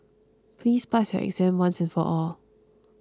please pass your exam once and for all